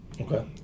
Okay